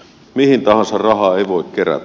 mihin tahansa rahaa ei voi kerätä